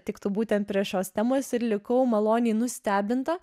tiktų būtent prie šios temos ir likau maloniai nustebinta